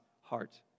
heart